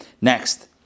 Next